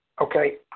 Okay